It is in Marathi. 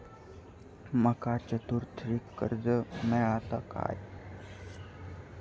माका चतुर्थीक कर्ज मेळात काय?